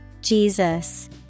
Jesus